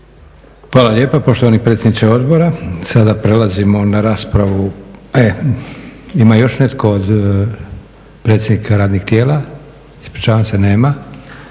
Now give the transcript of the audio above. Hvala lijepa poštovani predsjedniče odbora. Sada prelazimo na raspravu… Ima još netko od predsjednika radnih tijela? nema.